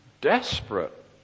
desperate